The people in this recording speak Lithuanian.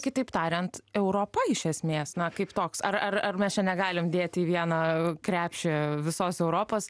kitaip tariant europa iš esmės na kaip toks ar ar ar mes čia negalim dėti į vieną krepšį visos europos